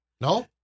No